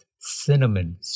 cinnamon